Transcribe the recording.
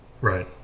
Right